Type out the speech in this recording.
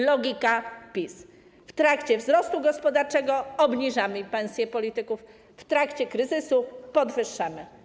Logika PiS: w trakcie wzrostu gospodarczego obniżamy pensje polityków, w trakcie kryzysu podwyższamy.